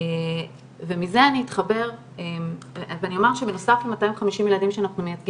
ומזה אני אתחבר ואני אומר שבנוסף ל-250 ילדים שאנחנו מייצגים